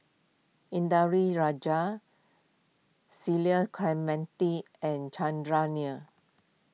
Indranee Rajah Cecil Clementi and Chandran Nair